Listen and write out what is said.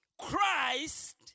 Christ